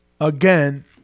again